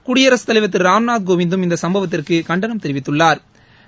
குடியரசுத்தலைவா் திருராம்நாத் கோவிந்தும் இந்தசம்பவத்திற்குகண்டனம் தெரிவித்துள்ளாா்